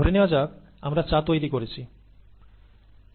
ধরে নেওয়া যাক আমরা চা তৈরি করেছি